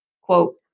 Quote